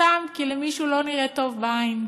סתם כי למישהו לא נראים טוב בעין,